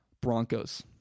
Broncos